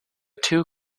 two